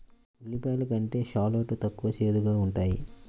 ఉల్లిపాయలు కంటే షాలోట్ తక్కువ చేదుగా ఉంటాయి